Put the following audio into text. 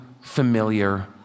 familiar